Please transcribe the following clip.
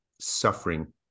suffering